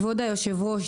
כבוד היושב ראש.